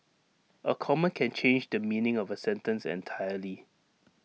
A comma can change the meaning of A sentence entirely